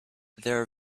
their